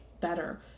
better